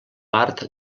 part